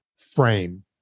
frame